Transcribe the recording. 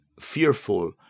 fearful